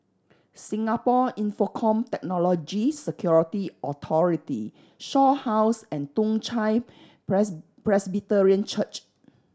Singapore Infocomm Technology Security Authority Shaw House and Toong Chai Press Presbyterian Church